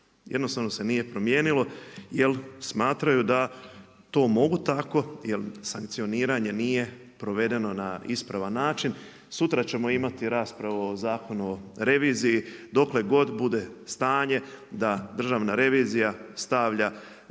Jednostavno se nije promijenilo, jer smatraju da to mogu tako jer sankcioniranje nije provedeno na ispravan način. Sutra ćemo imati raspravu o Zakonu o reviziji dokle god bude stanje da Državna revizija stavlja